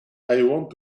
want